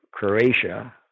Croatia